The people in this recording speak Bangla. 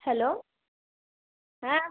হ্যালো হ্যাঁ